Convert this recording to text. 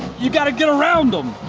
you've got to get around them.